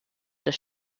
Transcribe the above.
des